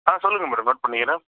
ஆ சொல்லுங்கள் madam note பண்ணிக்கிறேன்